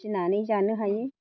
फिनानै जानो हायो